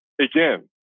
again